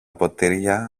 ποτήρια